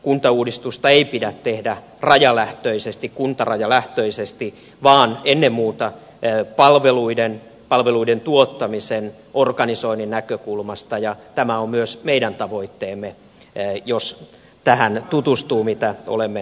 kuntauudistusta ei pidä tehdä rajalähtöisesti kuntarajalähtöisesti vaan ennen muuta palveluiden palveluiden tuottamisen ja organisoinnin näkökulmasta ja tämä on myös meidän tavoitteemme jos tähän tutustuu mitä olemme tekemässä